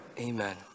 Amen